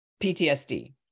PTSD